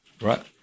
Right